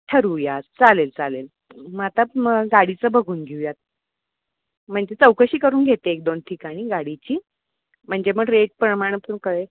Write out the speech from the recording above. ठरवूयात चालेल चालेल मग आता मग गाडीचं बघून घेऊयात म्हणजे चौकशी करून घेते एक दोन ठिकाणी गाडीची म्हणजे मग रेटप्रमाणं पण कळेल